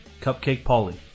CupcakePolly